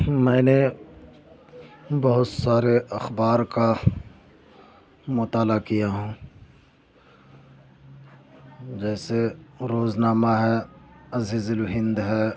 میں نے بہت سارے اخبار کا مطالعہ کیا ہوں جیسے روزنامہ ہے عزیزُ الہند ہے